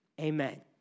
amen